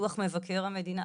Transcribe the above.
דוח מבקר המדינה,